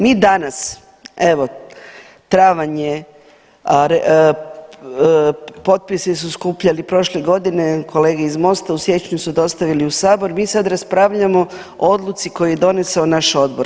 Mi danas, evo travanj je, potpisi su skupljeni prošle godine, kolege iz MOST-a u siječnju su dostavili u Sabor, mi sad raspravljamo o odluci koju je donesao naš odbor.